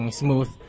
smooth